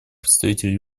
представитель